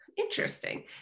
interesting